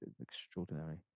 extraordinary